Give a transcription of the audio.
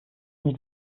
den